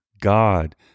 God